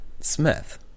smith